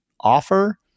offer